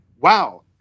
wow